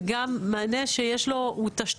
וגם מענה תשתיתית,